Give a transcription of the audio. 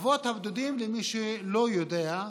חוות הבודדים, למי שלא יודע,